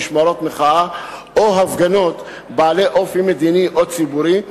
משמרות מחאה או הפגנות בעלות אופי מדיני או ציבורי,